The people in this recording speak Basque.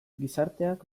gizarteak